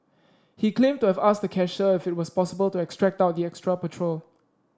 he claimed to have asked the cashier if it was possible to extract out the extra petrol